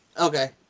Okay